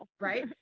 right